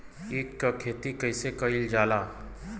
ईख क खेती कइसे कइल जाला?